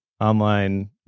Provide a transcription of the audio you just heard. online